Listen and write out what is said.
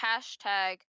hashtag